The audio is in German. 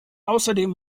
außerdem